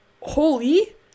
holy